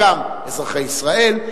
אבל חלקם אזרחי ישראל,